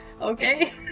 Okay